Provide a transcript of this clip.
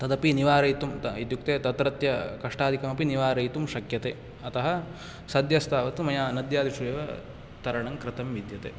तदपि निवारयितुम् इत्युक्ते तत्रत्य कष्टादिकमपि निवारयितुं शक्यते अतः सद्यस्तावत् मया नद्यादिषु एव तरणं कृतं विद्यते